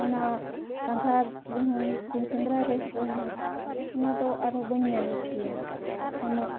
ᱚᱱᱟ ᱥᱟᱸᱜᱷᱟᱨ ᱨᱮᱦᱚᱸᱧ ᱪᱮᱧ ᱥᱮᱸᱫᱽᱨᱟ ᱨᱮᱦᱚᱸ ᱚᱱᱟᱫᱚ ᱟᱨᱦᱚᱸ ᱵᱟᱹᱧ ᱧᱟᱢ ᱠᱮᱭᱟ ᱩᱱᱟᱹᱜ